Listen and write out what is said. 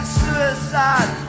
suicide